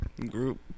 group